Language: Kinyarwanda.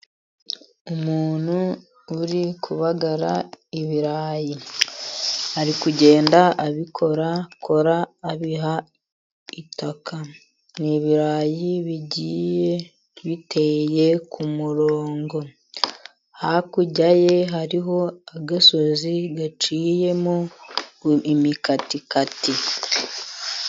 Umuntu uri kubagara ibirayi, ari kugenda abikorakora, abiha itaka ni ibirayi bigiye biteye ku murongo. Hakurya ye hariho agasozi gaciyemo imikatikati.